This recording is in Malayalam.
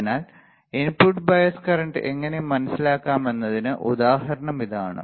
അതിനാൽ ഇൻപുട്ട് ബയസ് കറന്റ് എങ്ങനെ മനസ്സിലാക്കാമെന്നതിന് ഉദാഹരണം ഇതാണ്